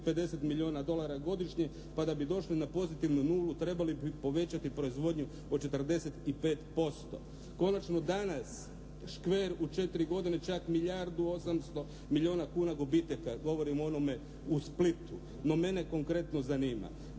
750 milijuna dolara godišnje pa da bi došli na pozitivnu nulu trebali bi povećati proizvodnju od 45%. Konačno, danas "Škver" u 4 godine čak milijardu 800 milijuna kuna gubitaka, govorim o onome u Splitu. No mene konkretno zanima